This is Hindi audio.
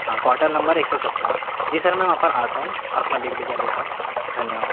हाँ क्वॉर्टर नंबर एक सौ सत्रह जी सर मैं वहाँ पर आता हूँ और अपना बैग ले जा लेता हूँ धन्यवाद